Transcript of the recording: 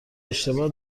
اشتباه